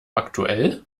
aktuell